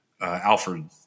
Alfred